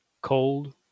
Cold